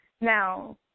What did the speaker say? Now